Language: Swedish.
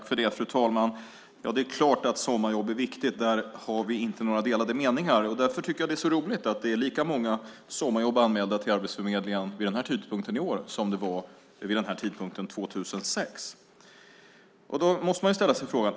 Fru talman! Det är klart att sommarjobb är viktiga. Där har vi inte några delade meningar. Därför tycker jag att det är så roligt att det är lika många sommarjobb anmälda till Arbetsförmedlingen vid den här tidpunkten i år som det var vid den här tidpunkten 2006. Då måste man ställa sig en fråga.